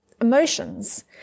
emotions